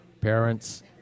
parents